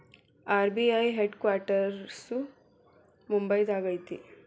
RBI head quarters ಮುಂಬೈದಾಗ ಐತಿ